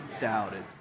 doubted